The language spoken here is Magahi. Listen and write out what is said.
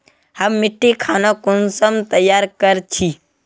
हम मिट्टी खानोक कुंसम तैयार कर छी?